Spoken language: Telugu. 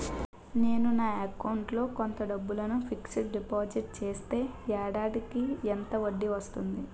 నేను నా అకౌంట్ లో కొంత డబ్బును ఫిక్సడ్ డెపోసిట్ చేస్తే ఏడాదికి ఎంత వడ్డీ వస్తుంది?